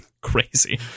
Crazy